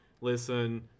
listen